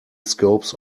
scopes